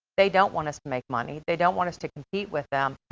they don't want us to make money. they don't want us to compete with them.